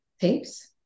tapes